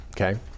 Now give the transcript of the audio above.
okay